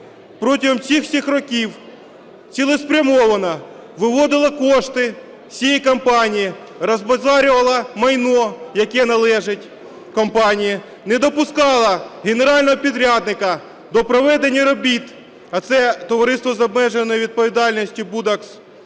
протягом всіх цих років цілеспрямовано виводила кошти з цієї компанії, розбазарювала майно, яке належить компанії, не допускала генерального підрядника до проведення робіт, а це товариство